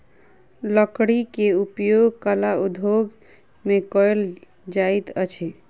लकड़ी के उपयोग कला उद्योग में कयल जाइत अछि